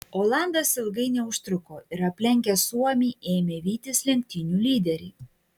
olandas ilgai neužtruko ir aplenkęs suomį ėmė vytis lenktynių lyderį